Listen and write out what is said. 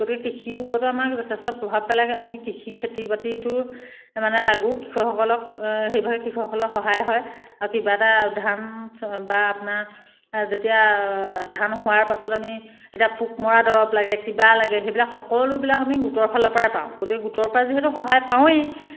গতিকে কৃষি ওপৰতো আমাৰ যথেষ্ট প্ৰভাৱ পেলাই আমি কৃষি খেতি বাতিটো মানে লাগোঁ কৃষকসকলক সেইভাগে কৃষকসকলক সহায় হয় আৰু কিবা এটা ধান বা আপোনাৰ যেতিয়া ধান হোৱাৰ পাছত আমি এতিয়া পোক মৰা দৰব লাগে কিবা লাগে সেইবিলাক সকলোবিলাক আমি গোটৰফালৰপৰাই পাওঁ গতিকে গোটৰপৰা যিহেতু সহায় পাওঁৱেই